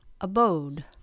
abode